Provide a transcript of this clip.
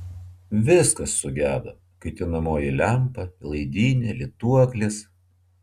viskas sugedo kaitinamoji lempa laidynė lituoklis